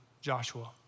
Joshua